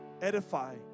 Edify